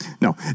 No